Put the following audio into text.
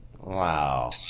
Wow